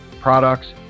products